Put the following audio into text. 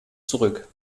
zurück